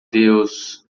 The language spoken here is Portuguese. deus